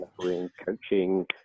coaching